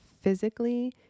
physically